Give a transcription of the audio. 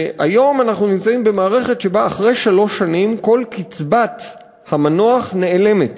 היום אנחנו נמצאים במערכת שבה אחרי שלוש שנים כל קצבת המנוח נעלמת,